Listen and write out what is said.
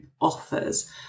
offers